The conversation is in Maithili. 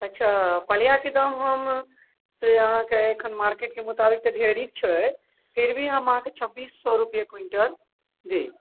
अच्छा पलिआके दाम हम से अहाँकेँ एखन मार्केटके मुताबिक ढेरी छै फिर भी हम अहाँकेँ छब्बीस सए रुपैये क़्वींटल देब